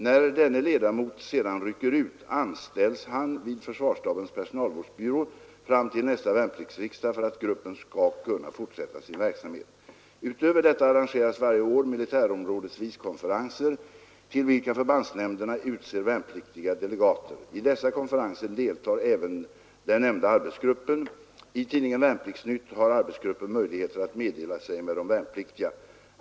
När denne ledamot sedan rycker ut anställs han vid försvarsstabens personalvårdsbyrå fram till nästa värnpliktsriksdag för att gruppen skall kunna fortsätta sin verksamhet. Utöver detta arrangeras varje år militärområdesvis konferenser till vilka förbandsnämnderna utser värnpliktiga delegater. I dessa konferenser deltar även den nämnda arbetsgruppen. I tidningen Värnpliktsnytt har arbetsgruppen möjligheter att meddela sig med de värnpliktiga.